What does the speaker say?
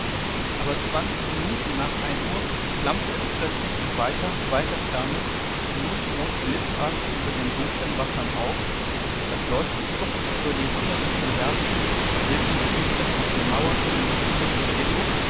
aber zwanzig minuten nach ein uhr flammte es plötzlich in weiter weiter ferne blutrot blitzartig über den dunkeln wassern auf das leuchten zuckte über die hunderte von bärtigen wilden gesichtern auf den mauern von liefkenhoek und lillo